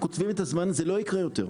זה לא יקרה יותר.